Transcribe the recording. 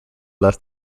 left